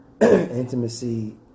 intimacy